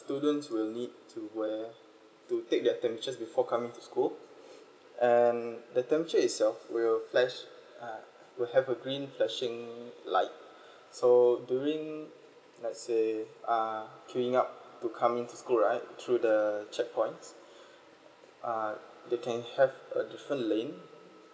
students will need to wear to take their temperatures before coming to school and the temperature itself will flash uh will have a green flashing light so during let's say uh queuing up to come in to school right through the check points uh they can have a different lane